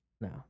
No